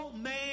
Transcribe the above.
man